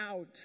out